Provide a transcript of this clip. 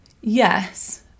Yes